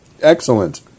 Excellent